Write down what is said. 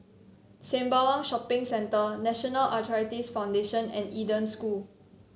Sembawang Shopping Centre National Arthritis Foundation and Eden School